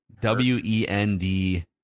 W-E-N-D